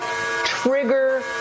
trigger